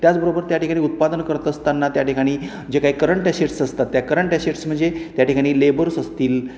त्याचबरोबर त्या ठिकाणी उत्पादन करत असतांना त्या ठिकाणी जे काही करंट अशेर्स असतात त्या करंट अशेर्स म्हणजे त्या ठिकाणी लेबर्स असतील